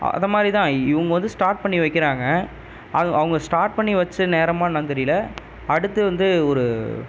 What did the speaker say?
அ அதை மாதிரி தான் இவங்க வந்து ஸ்டாட் பண்ணி வைக்கிறாங்க அ அவங்க ஸ்டாட் பண்ணி வச்ச நேரமா என்னென்னு தெரியல அடுத்து வந்து ஒரு